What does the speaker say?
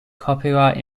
copyright